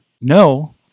No